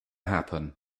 happen